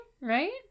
right